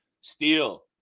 Steel